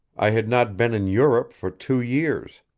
i had not been in europe for two years.